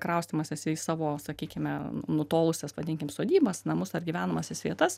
kraustymasis į savo sakykime nutolusias vadinkim sodybas namus ar gyvenamąsias vietas